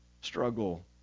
struggle